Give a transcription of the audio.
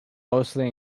mostly